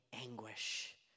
anguish